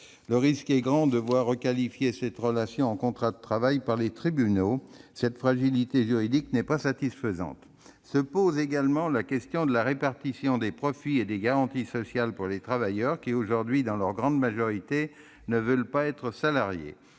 Le risque est grand de voir cette relation requalifiée en contrat de travail par les tribunaux. Cette fragilité juridique n'est pas satisfaisante. Se pose également la question de la répartition des profits et des garanties sociales pour ces travailleurs, qui, aujourd'hui, dans leur grande majorité, ne veulent pas être salariés